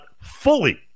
fully